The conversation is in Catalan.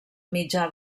mitjà